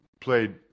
played